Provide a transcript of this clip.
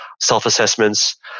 self-assessments